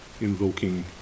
invoking